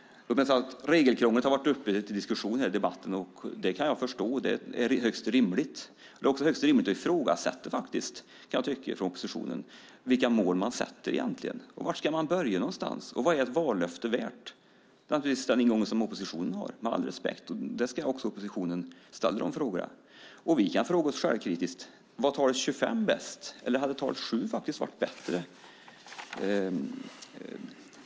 Regelkrånglet har diskuterats i den här debatten. Det kan jag förstå, för det är högst rimligt. Det är också högst rimligt, kan jag tycka, att från oppositionens sida ifrågasätta de mål som sätts. Var ska man börja, och vad är ett vallöfte värt? Den ingången har naturligtvis oppositionen, med all respekt för det. Oppositionen ska ställa sådana frågor. Vi kan självkritiskt fråga oss om talet 25 var bäst eller om talet 7 hade varit bättre.